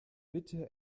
bitte